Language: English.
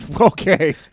okay